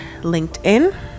LinkedIn